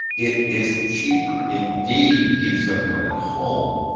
it is cheaper indeed to keep someone at home,